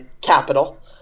capital